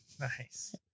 Nice